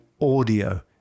audio